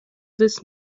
this